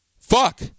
fuck